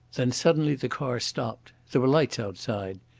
then suddenly the car stopped. there were lights outside.